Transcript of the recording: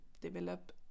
develop